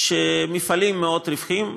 מפעלים מאוד רווחיים,